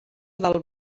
del